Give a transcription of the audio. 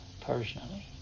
personally